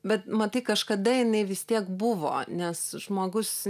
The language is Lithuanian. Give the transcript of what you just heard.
bet matai kažkada jinai vis tiek buvo nes žmogus